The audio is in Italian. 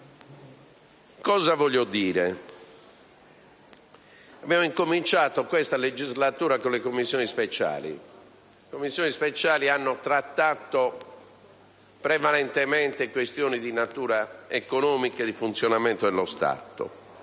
insufficiente. Abbiamo cominciato questa legislatura con le Commissioni speciali, le quali hanno trattato prevalentemente questioni di natura economica e di funzionamento dello Stato,